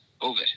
over